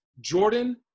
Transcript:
Jordan